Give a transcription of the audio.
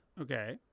Okay